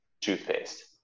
toothpaste